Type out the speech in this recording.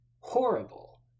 horrible